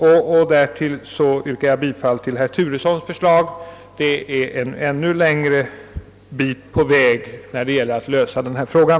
Jag yrkar därtill bifall till herr Turessons förslag, som går ytterligare en bit på vägen när det gäller lösningen av arbetsrumsfrågan.